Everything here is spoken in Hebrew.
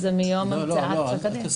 לא, אל תסבכו.